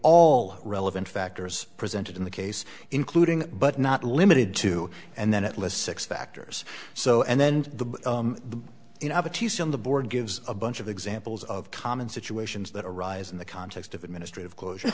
all relevant factors presented in the case including but not limited to and then it lists six factors so and then on the board gives a bunch of examples of common situations that arise in the context of administrative closure